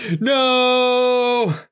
No